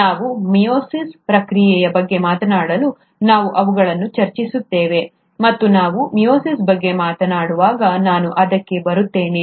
ನಾವು 'ಮಿಯೋಸಿಸ್"Meiosis' ಪ್ರಕ್ರಿಯೆಯ ಬಗ್ಗೆ ಮಾತನಾಡುವಾಗ ನಾವು ಅವುಗಳನ್ನು ಚರ್ಚಿಸುತ್ತೇವೆ ಮತ್ತು ನಾನು ಮಿಯೋಸಿಸ್ ಬಗ್ಗೆ ಮಾತನಾಡುವಾಗ ನಾನು ಅದಕ್ಕೆ ಬರುತ್ತೇನೆ